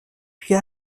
puis